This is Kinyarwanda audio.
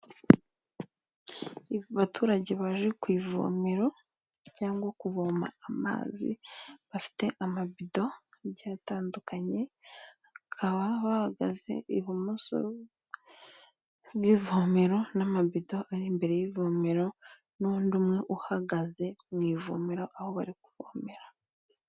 Abaturage baje ku ivomero cyangwa kuvoma amazi bafite amabido agiye atandukanye bakaba bahagaze ibumoso bw'ivomero n'amabito ari imbere y'ivomero n'undi umwe uhagaze mu ivomero aho bari kuvomera.